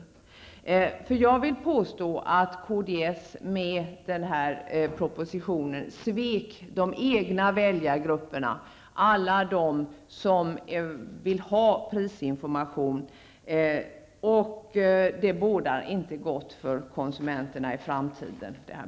Jag vill påstå att kds med den här propositionen svek de egna väljargrupperna, alla dem som vill ha prisinformation. Det här beslutet bådar inte gott för konsumenterna i framtiden.